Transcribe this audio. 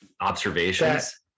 observations